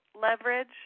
Leverage